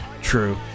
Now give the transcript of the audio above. true